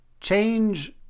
Change